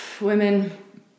women